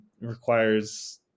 requires